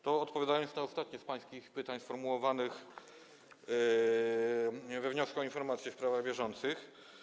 To odpowiedź na ostatnie z pańskich pytań sformułowanych we wniosku o informację w sprawach bieżących.